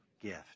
gift